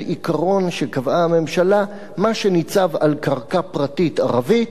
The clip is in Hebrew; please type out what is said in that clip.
עיקרון שקבעה הממשלה: מה שניצב על קרקע פרטית ערבית,